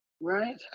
right